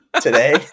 today